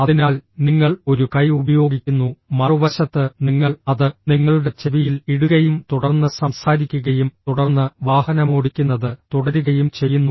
അതിനാൽ നിങ്ങൾ ഒരു കൈ ഉപയോഗിക്കുന്നു മറുവശത്ത് നിങ്ങൾ അത് നിങ്ങളുടെ ചെവിയിൽ ഇടുകയും തുടർന്ന് സംസാരിക്കുകയും തുടർന്ന് വാഹനമോടിക്കുന്നത് തുടരുകയും ചെയ്യുന്നു